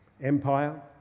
empire